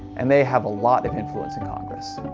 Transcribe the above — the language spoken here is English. and they have a lot of influence in congress.